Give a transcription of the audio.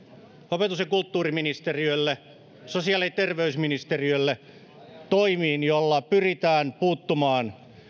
opetus ja kulttuuriministeriölle sosiaali ja terveysministeriölle toimiin joilla pyritään puuttumaan